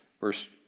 Verse